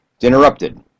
interrupted